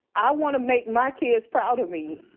i wanna make my kids proud of me.